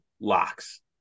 locks